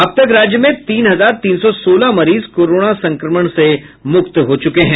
अब तक राज्य में तीन हजार तीन सौ सोलह मरीज कोरोना संक्रमण से मुक्त हो चुके हैं